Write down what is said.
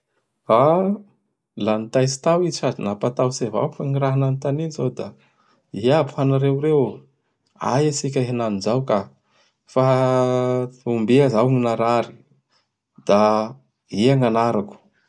La nitaitsy tao i sady nampataotsy avao fa gny raha nanotaniny izao da: ia aby hanareo reo oh? Aia tsika henany zao ka? Fa ombia zao gny narary? Da ia gn'anarako?